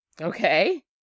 Okay